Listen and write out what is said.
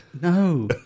No